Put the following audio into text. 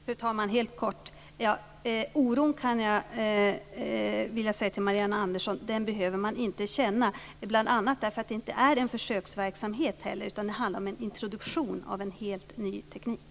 Fru talman! Helt kort: Jag vill säga till Marianne Andersson att man inte behöver känna den oron, bl.a. därför att det inte heller är en försöksverksamhet utan handlar om en introduktion av en helt ny teknik.